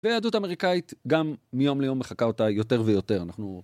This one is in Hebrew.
ויהדות אמריקאית גם מיום ליום מחקה אותה יותר ויותר.